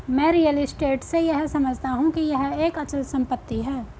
मैं real estate से यह समझता हूं कि यह एक अचल संपत्ति है